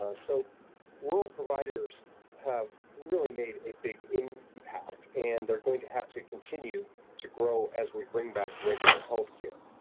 um so rural providers have really made a big impact and they're going to have to continue to grow as we bring back regular health care.